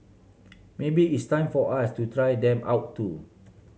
maybe it's time for us to try them out too